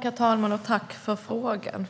Herr talman! Tack för frågan!